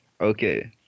Okay